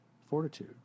fortitude